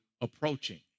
approaching